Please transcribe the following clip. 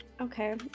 okay